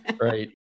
Right